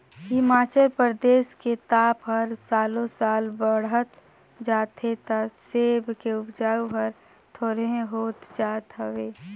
हिमाचल परदेस के ताप हर सालो साल बड़हत जात हे त सेब के उपज हर थोंरेह होत जात हवे